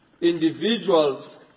Individuals